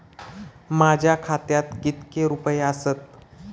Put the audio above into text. माझ्या खात्यात कितके रुपये आसत?